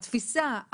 התפיסה,